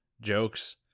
jokes